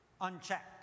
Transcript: unchecked